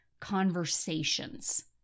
conversations